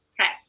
Okay